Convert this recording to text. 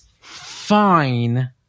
fine